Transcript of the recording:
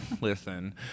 listen